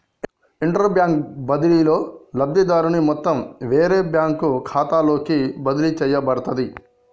interbank బదిలీలో, లబ్ధిదారుని మొత్తం వేరే బ్యాంకు ఖాతాలోకి బదిలీ చేయబడుతది